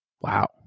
Wow